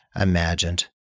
imagined